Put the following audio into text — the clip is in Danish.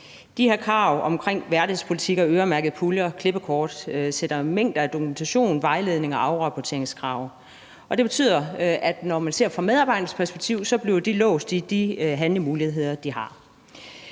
De her krav omkring værdighedspolitikker, øremærkede puljer og klippekort forudsætter mængder af dokumentation, vejledning og afrapporteringskrav. Det betyder, at når man ser på det fra medarbejdernes perspektiv, bliver de låst i de handlemuligheder, de har.